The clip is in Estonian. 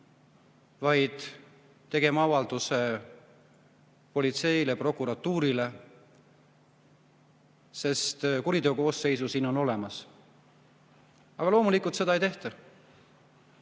vaid tegema avalduse politseile ja prokuratuurile, sest kuriteokoosseis on siin olemas. Aga loomulikult seda ei tehta.